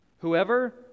Whoever